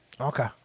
Okay